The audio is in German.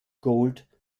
gold